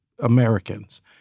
Americans